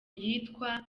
yitwa